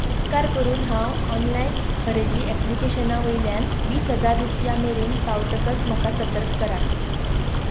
उपकार करून हांव ऑनलायन खरेदी ऍप्लिकेशनां वयल्यान वीस हाजार रुपया मेरेन पावतकच म्हाका सतर्क करात